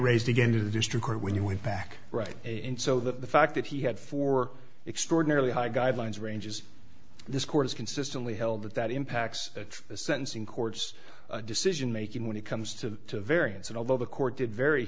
raised again to the district court when you went back right in so that the fact that he had four extraordinarily high guidelines ranges this court has consistently held that that impacts the sentencing court's decision making when it comes to variance and although the court did vary